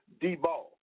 D-Ball